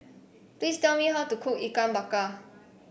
please tell me how to cook Ikan Bakar